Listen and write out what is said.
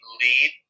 lead